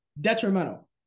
detrimental